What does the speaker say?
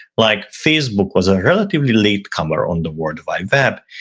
like facebook was a relatively latecomer on the worldwide web,